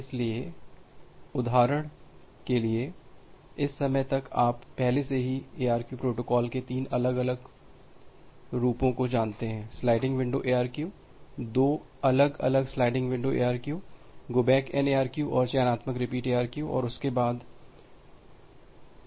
इसलिए उदाहरण के लिए इस समय तक आप पहले से ही ARQ प्रोटोकॉल के तीन अलग अलग रूपों को जानते हैं स्लाइडिंग विंडो ARQ दो अलग अलग sliding window ARQ go back N ARQ और चयनात्मक रिपीट ARQ और उसके साथ स्टॉप एंड वेट ARQ